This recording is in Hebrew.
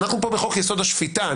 אנחנו פה בחוק-יסוד: השפיטה.